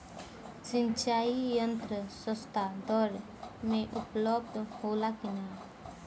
सिंचाई यंत्र सस्ता दर में उपलब्ध होला कि न?